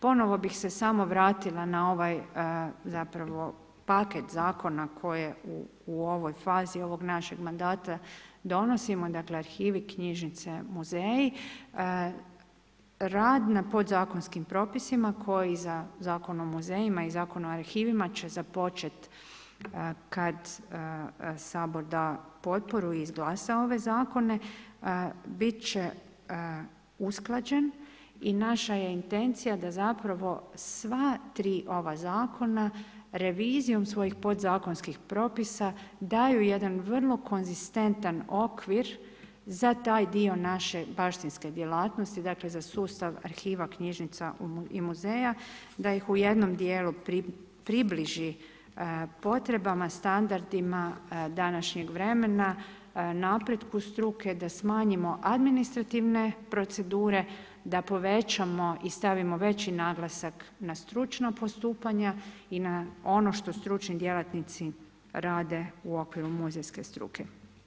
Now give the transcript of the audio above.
Ponovno bih se samo vratila na ovaj paket zakona kojeg u ovoj fazi ovog našeg mandata donosimo, dakle arhivi, knjižnice, muzeji, rad na podzakonskim propisima koji za Zakon o muzejima i Zakon o arhivima će započeti kad Sabor da potporu i izglasa ove zakone, bit će usklađen i naša je intencija da zapravo sva 3 ova zakona revizijom svojih podzakonskih propisa daju jedan vrlo konzistentan okvir za taj dio naše baštinske djelatnosti, dakle za sustav arhiva, knjižnica i muzeja, da ih u jednom djelu približi potrebama, standardima današnjeg vremena, napretku struke, da smanjimo administrativne procedure, da povećamo i stavimo veći naglasak na stručna postupanja i na ono što stručni djelatnici rade u okviru muzejske struke.